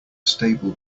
stable